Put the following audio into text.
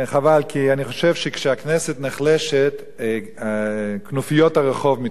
כי אני חושב שכשהכנסת נחלשת כנופיות הרחוב מתחזקות,